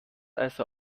also